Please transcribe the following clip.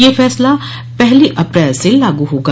यह फ़ैसला पहली अप्रैल से लागू होगा